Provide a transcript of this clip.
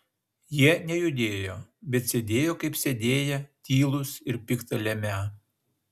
jie nejudėjo bet sėdėjo kaip sėdėję tylūs ir pikta lemią